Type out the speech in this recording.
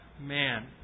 man